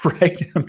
right